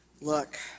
Look